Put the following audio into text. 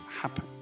happen